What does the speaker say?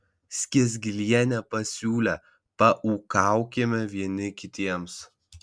skiesgilienė pasiūlė paūkaukime vieni kitiems